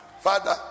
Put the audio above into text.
Father